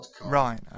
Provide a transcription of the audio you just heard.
Right